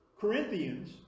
Corinthians